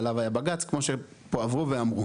עליו היה בג"ץ כמו שפה אמרו.